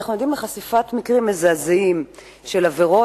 אנחנו עדים לחשיפת מקרים מזעזעים של עבירות